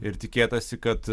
ir tikėtasi kad